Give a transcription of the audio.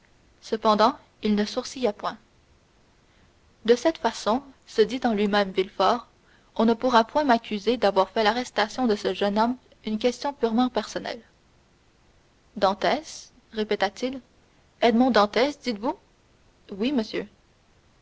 cependant il ne sourcilla point de cette façon se dit en lui-même villefort on ne pourra point m'accuser d'avoir fait de l'arrestation de ce jeune homme une question purement personnelle dantès répéta-t-il edmond dantès dites-vous oui monsieur